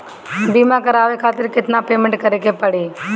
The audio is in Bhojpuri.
बीमा करावे खातिर केतना पेमेंट करे के पड़ी?